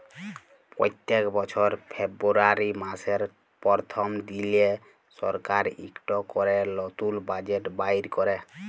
প্যত্তেক বছর ফেরবুয়ারি ম্যাসের পরথম দিলে সরকার ইকট ক্যরে লতুল বাজেট বাইর ক্যরে